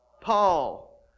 Paul